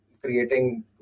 creating